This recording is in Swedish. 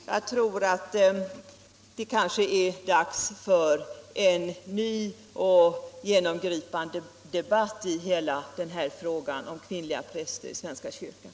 Jag tror att det är dags för en ny och genomgripande debatt i hela frågan om kvinnliga präster i den svenska kyrkan.